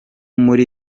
muri